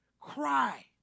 Cry